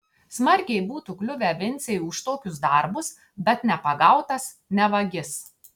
smarkiai būtų kliuvę vincei už tokius darbus bet nepagautas ne vagis